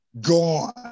gone